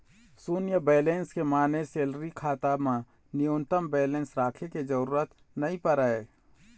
सून्य बेलेंस के माने सेलरी खाता म न्यूनतम बेलेंस राखे के जरूरत नइ परय